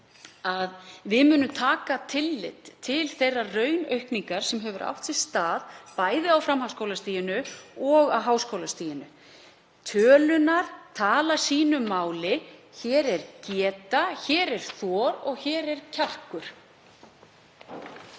við taka tillit til þeirrar raunaukningar sem hefur átt sér stað bæði á framhaldsskólastiginu og háskólastiginu. Tölurnar tala sínu máli. Hér er geta, hér er þor og hér er kjarkur.